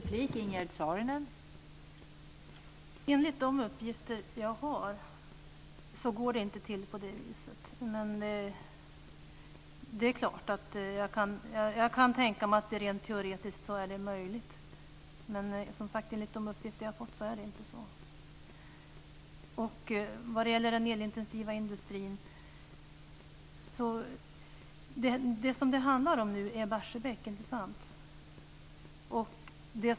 Fru talman! Enligt de uppgifter som jag har går det inte till på det viset. Men jag kan tänka mig att det rent teoretiskt är möjligt. När det gäller den elintensiva industrin handlar det väl nu om Barsebäck, inte sant?